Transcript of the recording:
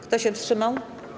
Kto się wstrzymał?